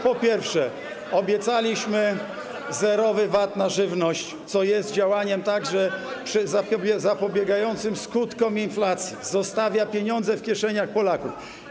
Po pierwsze, obiecaliśmy zerowy VAT na żywność, co jest działaniem także zapobiegającym skutkom inflacji, bo zostawia pieniądze w kieszeniach Polaków.